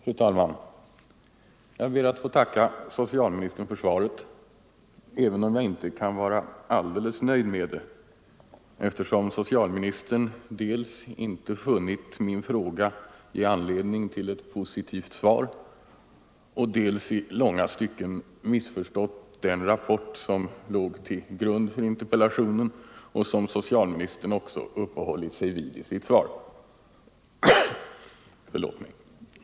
Fru talman! Jag ber att få tacka socialministern för svaret — även om jag inte kan vara alldeles nöjd med det, eftersom socialministern dels inte funnit min fråga ge anledning till ett positivt svar, dels i långa stycken missförstått den rapport som låg till grund för interpellationen och som socialministern också uppehållit sig vid i sitt svar.